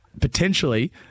potentially